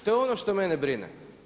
To je ono što mene brine.